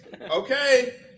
Okay